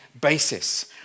basis